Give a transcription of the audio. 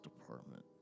department